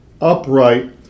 upright